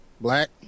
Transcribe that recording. Black